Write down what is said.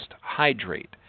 hydrate